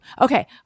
Okay